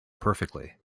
perfectly